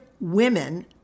women